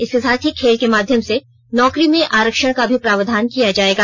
इसके साथ ही खेल के माध्यम से नौकरी में आरक्षण का भी प्रावधान किया जायेगा